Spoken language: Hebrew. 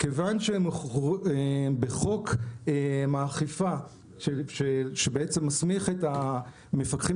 כיוון שבחוק האכיפה שבעצם מסמיך את המפקחים